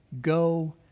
Go